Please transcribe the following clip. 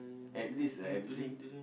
at least a M three